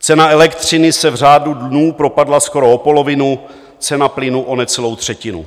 Cena elektřiny se v řádu dnů propadla skoro o polovinu, cena plynu o necelou třetinu.